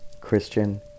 Christian